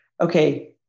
okay